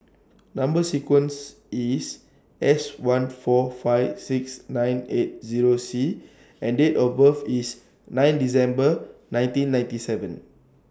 Number sequence IS S one four five six nine eight Zero C and Date of birth IS nine December nineteen ninety seven